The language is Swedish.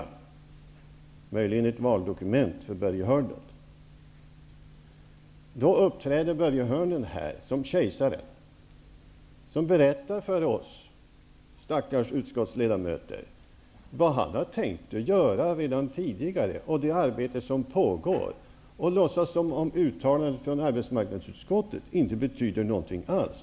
Det är möjligen ett valdokument för Börje Hörnlund. Börje Hörnlund uppträder här som kejsare och berättar för oss, stackars utskottsledamöter, vad han har tänkt göra redan tidigare och om det arbete som redan pågår. Han låtsas som om uttalandet från arbetsmarknadsutskottet inte betyder någonting alls.